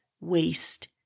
waste